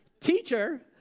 teacher